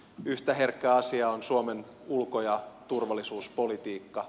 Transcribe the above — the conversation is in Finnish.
yhtä herkkä asia on suomen ulko ja turvallisuuspolitiikka